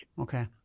Okay